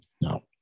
No